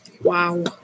Wow